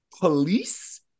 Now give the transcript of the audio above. police